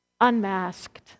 unmasked